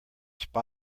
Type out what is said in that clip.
spy